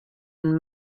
and